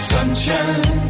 Sunshine